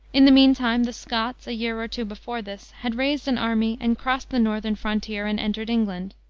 in the mean time, the scots, a year or two before this, had raised an army and crossed the northern frontier, and entered england.